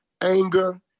anger